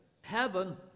Heaven